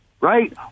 right